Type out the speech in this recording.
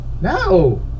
No